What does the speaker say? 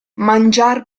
mangiar